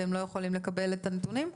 והם לא יכולים לקבל את הנתונים?